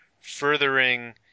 furthering